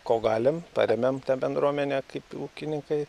ko galim paremiam tą bendruomenę kaip ūkininkai